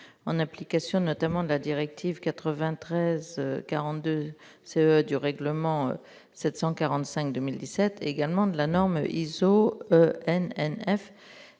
en application notamment de la directive 93 42 du règlement 745, 2017 également de la norme ISO MNEF